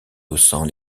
haussant